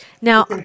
Now